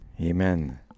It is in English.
Amen